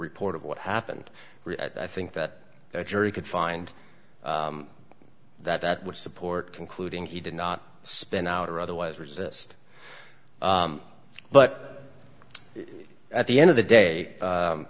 report of what happened i think that a jury could find that that would support concluding he did not spin out or otherwise resist but at the end of the day